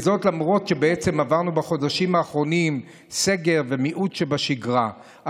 למרות שבעצם עברנו בחודשים האחרונים סגר ומיעוט של השגרה,